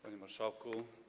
Panie Marszałku!